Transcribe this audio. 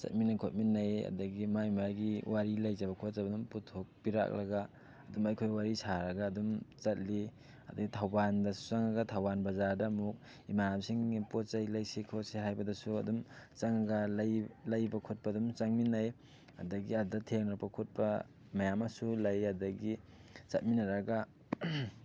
ꯆꯠꯃꯤꯟꯅꯩ ꯈꯣꯠꯃꯤꯟꯅꯩ ꯑꯗꯒꯤ ꯃꯥꯏ ꯃꯥꯏꯒꯤ ꯋꯥꯔꯤ ꯂꯩꯖꯕ ꯈꯣꯠꯆꯕ ꯁꯨꯝ ꯄꯨꯊꯣꯛꯄꯤꯔꯛꯂꯒ ꯑꯗꯨꯝ ꯑꯩꯈꯣꯏ ꯋꯥꯔꯤ ꯁꯥꯔꯒ ꯑꯗꯨꯝ ꯆꯠꯂꯤ ꯑꯗꯩ ꯊꯧꯕꯥꯜꯗꯁꯨ ꯆꯪꯉꯒ ꯊꯧꯕꯥꯜ ꯕꯖꯥꯔꯗ ꯑꯃꯨꯛ ꯏꯃꯥꯟꯅꯕꯁꯤꯡꯒꯤ ꯄꯣꯠꯆꯩ ꯂꯩꯁꯤ ꯈꯣꯠꯁꯤ ꯍꯥꯏꯕꯗꯁꯨ ꯑꯗꯨꯝ ꯆꯪꯉꯒ ꯂꯩ ꯂꯩꯕ ꯈꯣꯠꯄ ꯑꯗꯨꯝ ꯆꯪꯃꯤꯟꯅꯩ ꯑꯗꯒꯤ ꯑꯗ ꯊꯦꯡꯅꯔꯛꯄ ꯈꯣꯠꯄ ꯃꯌꯥꯝ ꯑꯃꯁꯨ ꯂꯩ ꯑꯗꯒꯤ ꯆꯠꯃꯤꯟꯅꯔꯒ